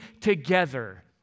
together